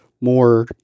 more